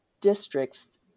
districts